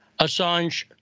Assange